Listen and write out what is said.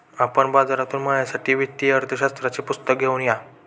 आपण बाजारातून माझ्यासाठी वित्तीय अर्थशास्त्राचे पुस्तक घेऊन या